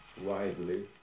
widely